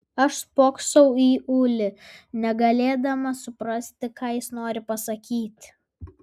aš spoksojau į ulį negalėdama suprasti ką jis nori pasakyti